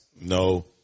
no